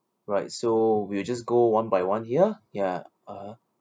right so we'll just go one by one here ya uh